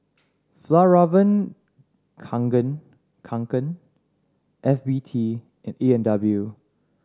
Fjallraven Kanken Kanken F B T and A and W